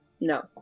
No